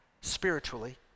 spiritually